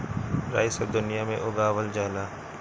राई सब दुनिया में उगावल जाला